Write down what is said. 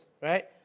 right